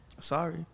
Sorry